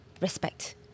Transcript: respect